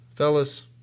Fellas